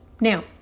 Now